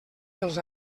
dels